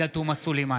עאידה תומא סלימאן,